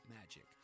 magic